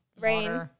rain